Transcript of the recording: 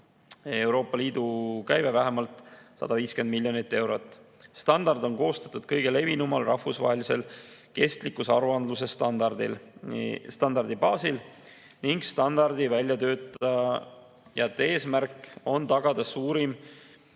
Euroopa Liidu käive on vähemalt 150 miljonit eurot. Standard on koostatud kõige levinuma rahvusvahelise kestlikkuse aruandluse standardi baasil. Standardi väljatöötajate eesmärk on tagada suurim